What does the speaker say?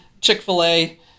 Chick-fil-A